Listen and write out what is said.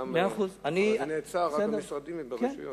אבל זה נעצר במשרדים וברשויות.